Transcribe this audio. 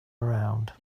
around